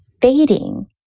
fading